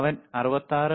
അവൻ 66